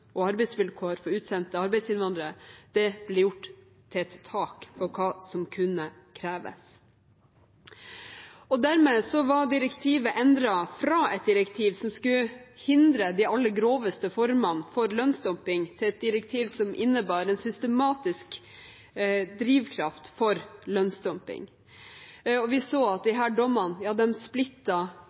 og arbeidsvilkår for utsendte arbeidsinnvandrere, ble gjort til et tak for hva som kunne kreves, og dermed var direktivet endret fra et direktiv som skulle hindre de aller groveste formene for lønnsdumping, til et direktiv som innebar en systematisk drivkraft for lønnsdumping. Vi så at disse dommene